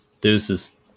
Deuces